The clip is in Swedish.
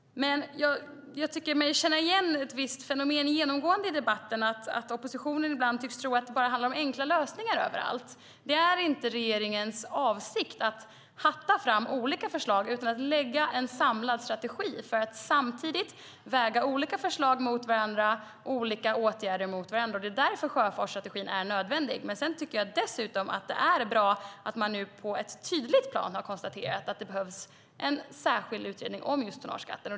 Jag tycker mig känna igen ett visst fenomen genomgående i debatten. Oppositionen tycks ibland tro att det bara handlar om enkla lösningar överallt. Det är inte regeringens avsikt att hatta fram olika förslag utan att lägga en samlad strategi för att samtidigt väga olika förslag mot varandra och olika åtgärder mot varandra. Det är därför sjöfartsstrategin är nödvändig. Jag tycker dessutom att det är bra att man nu på ett tydligt plan har konstaterat att det behövs en särskild utredning om just tonnageskatten.